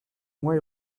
mois